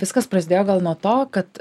viskas prasidėjo gal nuo to kad